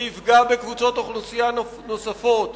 ויפגעו בקבוצות אוכלוסייה נוספות,